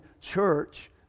church